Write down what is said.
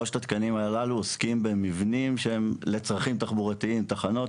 שלושת התקנים הללו עוסקים במבנים שהם לצרכים ציבוריים: תחנות,